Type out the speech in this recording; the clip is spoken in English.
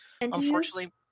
Unfortunately